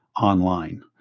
online